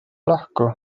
lahku